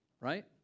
right